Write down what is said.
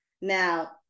Now